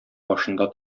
башында